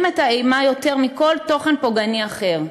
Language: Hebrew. את האימה יותר מכל תוכן פוגעני אחר.